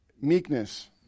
meekness